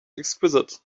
exquisite